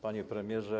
Panie Premierze!